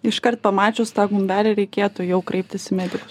iškart pamačius tą gumbelį reikėtų jau kreiptis į medikus